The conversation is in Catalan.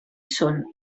són